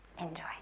enjoy